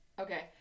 Okay